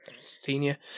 Senior